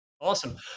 Awesome